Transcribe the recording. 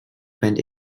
went